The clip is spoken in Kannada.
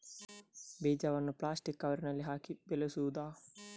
ಬೀಜವನ್ನು ಪ್ಲಾಸ್ಟಿಕ್ ಕವರಿನಲ್ಲಿ ಹಾಕಿ ಬೆಳೆಸುವುದಾ?